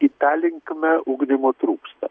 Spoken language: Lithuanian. į tą linkmę ugdymo trūksta